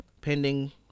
pending